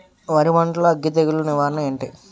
వరి పంటలో అగ్గి తెగులు నివారణ ఏంటి?